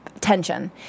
tension